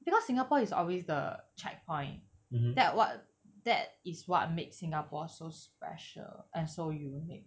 because singapore is always the checkpoint that what that is what makes singapore so special and so unique